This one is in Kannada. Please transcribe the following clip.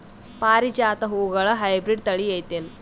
ಪಾರಿಜಾತ ಹೂವುಗಳ ಹೈಬ್ರಿಡ್ ಥಳಿ ಐತೇನು?